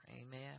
Amen